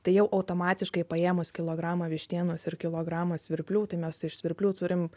tai jau automatiškai paėmus kilogramą vištienos ir kilogramą svirplių tai mes iš svirplių turim